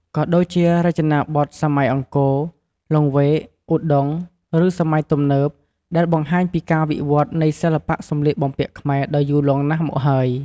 ក៏ដូចជា រចនាបថសម័យអង្គរ លង្វែក ឧដុង្គ ឬសម័យទំនើប ដែលបង្ហាញពីការវិវត្តន៍នៃសិល្បៈសម្លៀកបំពាក់ខ្មែរដ៏យូរលង់ណាស់មកហើយ។